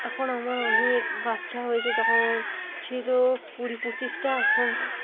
এখন আমার অনেক বাচ্চা হয়েছে তখন ছিল কুড়ি পঁচিশটা এখন